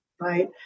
right